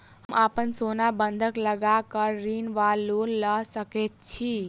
हम अप्पन सोना बंधक लगा कऽ ऋण वा लोन लऽ सकै छी?